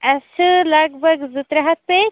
اسہِ چھِ لَگ بھَگ زٕ ترٛےٚ ہَتھ پیٹہِ